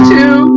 Two